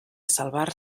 salvar